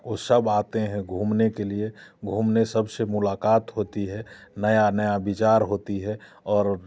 वो सब आते हैं घूमने के लिए घूमने सबसे मुलाकात होती है नया नया विचार होता है और